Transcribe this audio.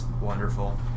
Wonderful